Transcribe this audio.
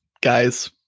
guys